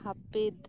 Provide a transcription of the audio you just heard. ᱦᱟᱯᱤᱫᱽ